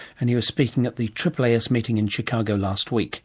and he was speaking at the aaas meeting in chicago last week